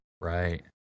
right